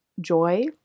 joy